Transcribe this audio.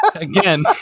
again